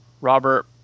Robert